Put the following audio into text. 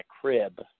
crib